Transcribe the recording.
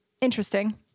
interesting